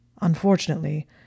Unfortunately